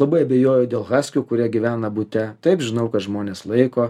labai abejoju dėl haskių kurie gyvena bute taip žinau kad žmonės laiko